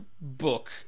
book